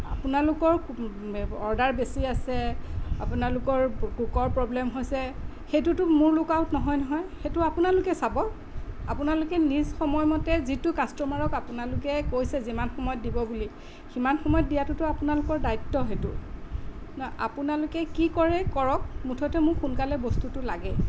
আপোনালোকৰ অৰ্ডাৰ বেছি আছে আপোনালোকৰ কুকৰ প্ৰব্লেম হৈছে সেইটোতো মোৰ লুক আউট নহয় নহয় সেইটো আপোনালোকে চাব আপোনালোকে নিজ সময় মতে যিটো কাষ্ট'মাৰক আপোনালোকে কৈছে যিমান সময়ত দিব বুলি সিমান সময়ত দিয়াটোতো আপোনালোকৰ দায়িত্ব সেইটো ন আপোনালোকে কি কৰে কৰক মুঠতে মোক সোনকালে বস্তুটো লাগে